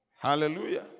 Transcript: Hallelujah